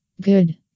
good